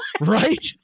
Right